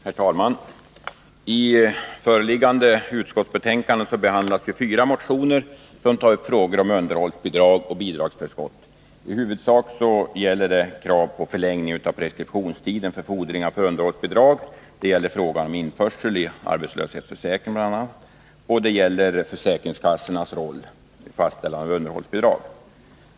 Herr talman! I det föreliggande utskottsbetänkandet behandlas fyra motioner, som tar upp frågor om underhållsbidrag och bidragsförskott. I huvudsak gäller det krav på förlängning av preskriptionstiden för fordringar för underhållsbidrag, införsel bl.a. i ersättning från arbetslöshetsförsäkring och försäkringskassornas roll vid fastställande av underhållsbidrag.